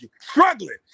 Struggling